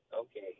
Okay